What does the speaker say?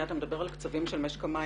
אתה מדבר על קצבים של משק המים.